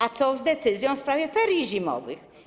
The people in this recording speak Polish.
A co z decyzją w sprawie ferii zimowych?